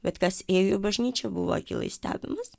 bet kas ėjo į bažnyčią buvo akylai stebimas